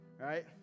right